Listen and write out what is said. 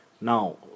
now